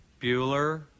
Bueller